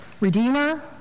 Redeemer